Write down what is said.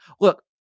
look